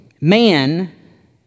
Man